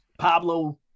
Pablo